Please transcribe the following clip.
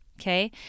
okay